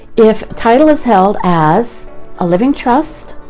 if title is held as a living trust,